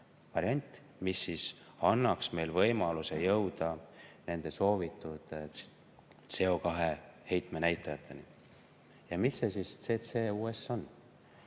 siis annaks meile võimaluse jõuda nende soovitud CO2-heitme näitajateni. Mis siis see CCUS on?